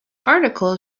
article